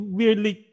weirdly